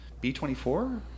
B-24